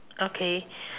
okay